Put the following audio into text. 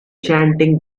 chanting